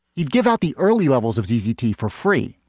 you'd give out the early levels of ddt for free.